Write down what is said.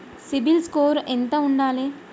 CIBIL score ఎంత ఉండాలే?